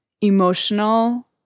emotional